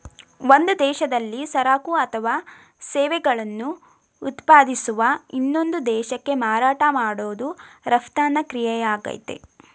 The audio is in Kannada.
ಒಂದು ದೇಶದಲ್ಲಿ ಸರಕು ಅಥವಾ ಸೇವೆಗಳನ್ನು ಉತ್ಪಾದಿಸುವ ಇನ್ನೊಂದು ದೇಶಕ್ಕೆ ಮಾರಾಟ ಮಾಡೋದು ರಫ್ತಿನ ಕ್ರಿಯೆಯಾಗಯ್ತೆ